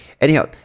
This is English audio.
Anyhow